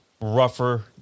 rougher